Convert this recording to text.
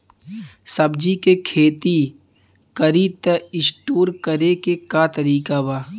सब्जी के खेती करी त स्टोर करे के का तरीका बा?